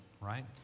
right